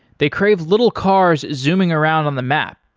they crave little cars zooming around on the map.